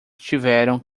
tiveram